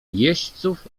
jeźdźców